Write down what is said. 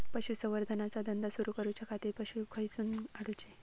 पशुसंवर्धन चा धंदा सुरू करूच्या खाती पशू खईसून हाडूचे?